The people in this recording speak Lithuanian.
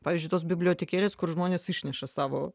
pavyzdžiui tos bibliotekėlės kur žmonės išneša savo